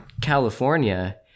California